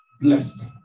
blessed